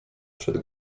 przed